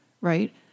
right